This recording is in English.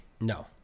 No